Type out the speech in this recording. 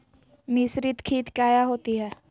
मिसरीत खित काया होती है?